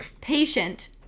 patient